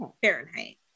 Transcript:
Fahrenheit